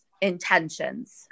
intentions